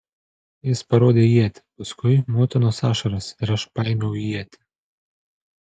jis parodė ietį paskui motinos ašaras ir aš paėmiau ietį